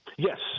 Yes